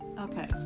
okay